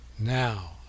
Now